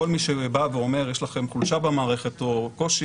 כל מי שבא ואומר: יש לכם חולשה במערכת או קושי,